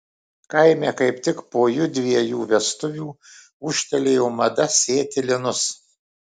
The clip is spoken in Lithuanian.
kaime kaip tik po jųdviejų vestuvių ūžtelėjo mada sėti linus